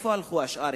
לאיפה הלכו השאר?